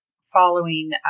following